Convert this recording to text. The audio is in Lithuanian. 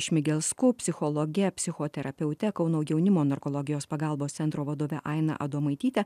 šmigelsku psichologe psichoterapeute kauno jaunimo narkologijos pagalbos centro vadovė aina adomaityte